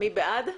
מי בעד?